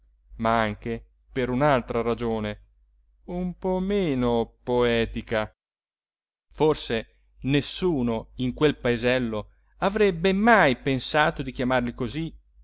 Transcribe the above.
ma anche per un'altra ragione un po meno poetica forse nessuno in quel paesello avrebbe mai pensato di chiamarli così